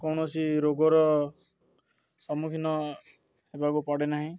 କୌଣସି ରୋଗର ସମ୍ମୁଖୀନ ହେବାକୁ ପଡ଼େ ନାହିଁ